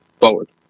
forward